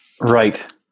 Right